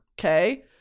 Okay